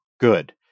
good